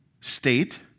state